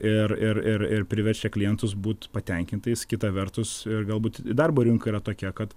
ir ir ir ir priverčia klientus būt patenkintais kita vertus ir galbūt darbo rinka yra tokia kad